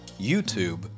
YouTube